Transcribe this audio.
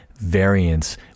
variance